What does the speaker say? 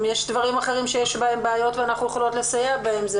אם יש דברים אחרים שיש בהם בעיות ואנחנו יכולות לסייע בהם...